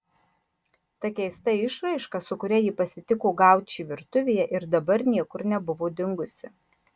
ta keista išraiška su kuria ji pasitiko gaučį virtuvėje ir dabar niekur nebuvo dingusi